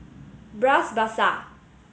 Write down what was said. Bras Basah